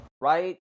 right